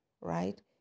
right